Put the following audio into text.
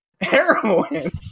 heroin